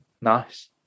nice